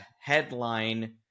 headline